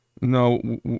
No